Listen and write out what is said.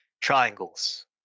triangles